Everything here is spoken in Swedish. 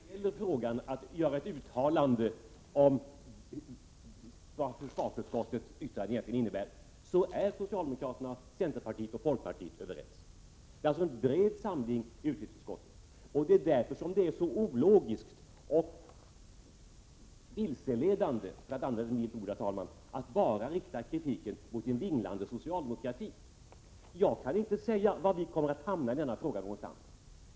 Herr talman! När det gäller att göra ett uttalande om vad försvarsutskottets yttrande egentligen innebär så är socialdemokraterna, centerpartiet och folkpartiet överens. Det är en bred samling i utskottet. Det är därför det är så ologiskt och vilseledande, för att använda ett milt ord, herr talman, att bara rikta kritiken mot ”en vinglande socialdemokrati”. Jag kan inte säga var vi kommer att hamna i denna fråga.